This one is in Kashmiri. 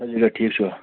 ہاں جِگرا ٹھیٖک چھُوا